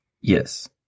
Yes